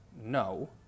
no